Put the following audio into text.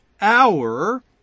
hour